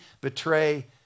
betray